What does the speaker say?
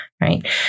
right